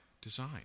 design